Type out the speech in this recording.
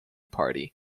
party